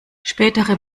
spätere